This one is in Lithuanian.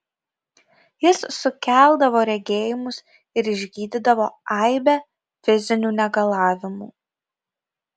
jis sukeldavo regėjimus ir išgydydavo aibę fizinių negalavimų